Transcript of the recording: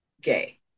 gay